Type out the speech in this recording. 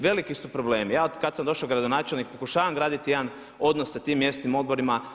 Veliki su problemi, ja od kad sam došao za gradonačelnika pokušavam graditi jedan odnos sa tim mjesnim odborima.